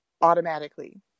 automatically